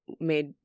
made